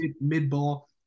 Mid-ball